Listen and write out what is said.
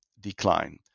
decline